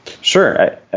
Sure